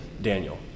Daniel